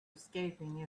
escaping